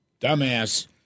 dumbass